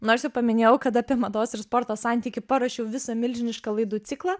nors jau paminėjau kad apie mados ir sporto santykį paruošiau visą milžinišką laidų ciklą